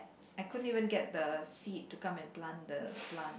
I couldn't even get the seed to come and plant the plant